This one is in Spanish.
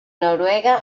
noruega